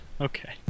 Okay